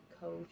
coach